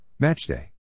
Matchday